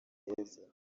heza